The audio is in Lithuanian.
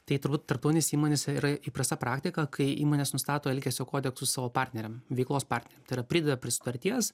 tai turbūt tarptautinėse įmonėse yra įprasta praktika kai įmonės nustato elgesio kodeksu savo partneriam veiklos partneriam tai yra prideda prie sutarties